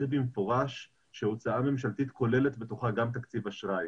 במפורש שהוצאה ממשלתית כוללת בתוכה גם תקציב אשראי